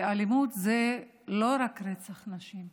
ואלימות זה לא רק רצח נשים,